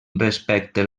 respecte